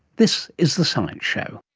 this is the science show.